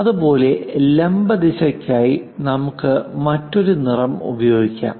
അതുപോലെ ലംബ ദിശയ്ക്കായി നമുക്ക് മറ്റൊരു നിറം ഉപയോഗിക്കാം